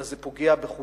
אלא זה פוגע בכולנו,